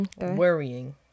worrying